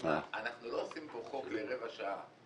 אנחנו לא עושים פה חוק לרבע שעה,